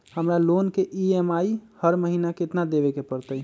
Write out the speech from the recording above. हमरा लोन के ई.एम.आई हर महिना केतना देबे के परतई?